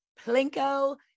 Plinko